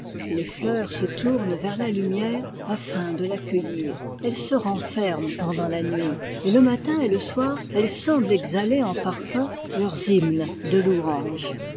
les fleurs se tournent vers la lumière afin de l'accueillir elles se renferment pendant la nuit et le matin et le soir elles semblent exhaler en parfums leurs hymnes de louanges